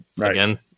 Again